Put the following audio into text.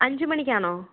അഞ്ചുമണിക്കാണോ